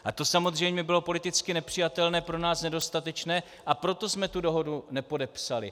A to samozřejmě bylo politicky nepřijatelné, pro nás nedostatečné, a proto jsme tu dohodu nepodepsali.